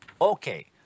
Okay